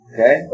Okay